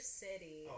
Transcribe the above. city